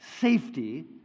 safety